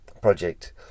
project